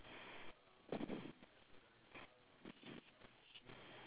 on the left there's two sheep standing up